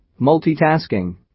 Multitasking